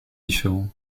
différent